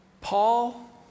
Paul